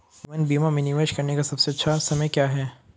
जीवन बीमा में निवेश करने का सबसे अच्छा समय क्या है?